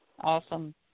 Awesome